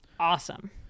awesome